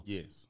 Yes